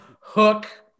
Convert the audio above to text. Hook